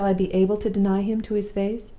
shall i be able to deny him to his face?